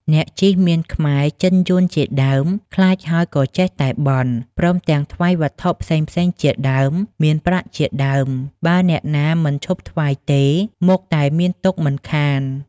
អ្នកជិះមានខ្មែរ-ចិនយួន ជាដើម ខ្លាចហើយក៏ចេះតែបន់ ព្រមទាំងថ្វាយវត្ថុផ្សេងៗជាច្រើន មានប្រាក់ជាដើម បើអ្នកណាមិនឈប់ថ្វាយទេ មុខតែមានទុក្ខមិនខាន ។